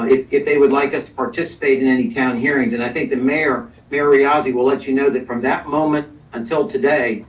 if if they would like us to participate in any town hearings. and i think the mayor ariazi will let you know that from that moment until today,